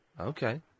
Okay